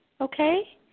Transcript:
okay